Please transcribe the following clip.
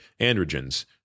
androgens